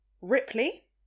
Ripley